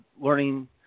learning